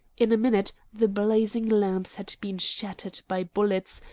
in a minute the blazing lamps had been shattered by bullets,